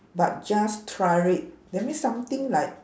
but just try it that means something like